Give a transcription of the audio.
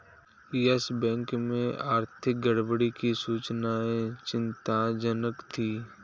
yes Bank में आर्थिक गड़बड़ी की सूचनाएं चिंताजनक थी